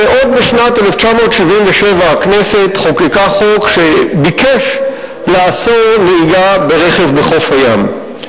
הרי עוד בשנת 1977 הכנסת חוקקה חוק שביקש לאסור נהיגה ברכב בחוף הים.